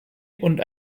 und